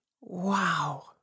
Wow